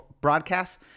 broadcasts